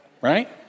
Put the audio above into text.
Right